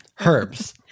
herbs